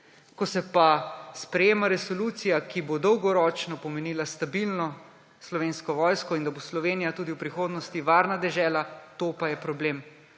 Ko se pa sprejema resolucija, ki bo dolgoročno pomenila stabilno Slovensko vojsko in da bo Slovenija tudi v prihodnosti varna dežela, to pa je problem.